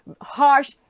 harsh